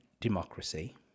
democracy